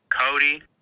Cody